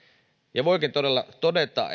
ja voikin todella todeta